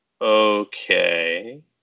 Okay